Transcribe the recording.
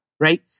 Right